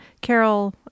Carol